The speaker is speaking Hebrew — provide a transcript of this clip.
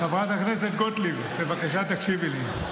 חברת הכנסת גוטליב, בבקשה, תקשיבי לי.